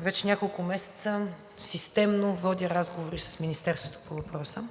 вече няколко месеца системно водя разговори с Министерството по въпроса.